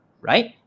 right